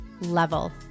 level